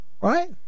Right